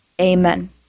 Amen